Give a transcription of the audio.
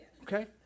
Okay